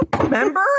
Remember